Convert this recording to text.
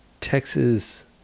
Texas